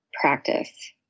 practice